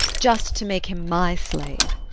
just to make him my slave.